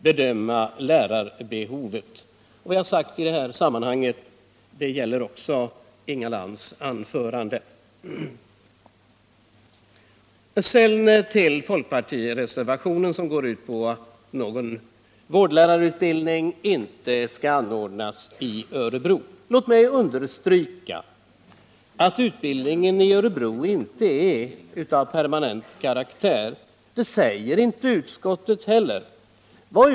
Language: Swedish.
Vad jag har sagt i detta sammanhang gäller även beträffande det som Inga Lantz framhöll i sitt anförande. Vad sedan gäller folkpartireservationen med krav på att någon vårdlärarutbildning inte skall anordnas i Örebro vill jag understryka, att utbildningen där inte har permanent karaktär. Utskottet har heller inte menat att så skall vara fallet.